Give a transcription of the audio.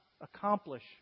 accomplish